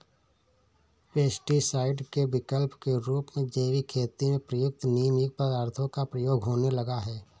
pesticide के विकल्प के रूप में जैविक खेती में प्रयुक्त नीमयुक्त पदार्थों का प्रयोग होने लगा है